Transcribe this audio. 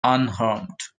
unharmed